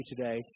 today